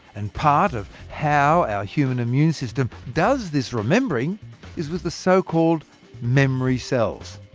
and part of how our human immune system does this remembering is with the so-called memory cells.